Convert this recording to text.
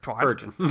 Virgin